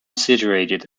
situated